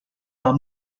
i’m